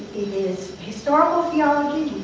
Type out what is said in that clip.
is historical theology,